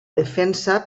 defensa